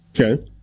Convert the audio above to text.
Okay